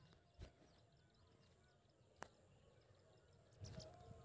आइ हमरा सभक अर्थव्यवस्था मे सत्तानबे प्रतिशत धन बैंक जमा के रूप मे छै